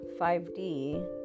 5D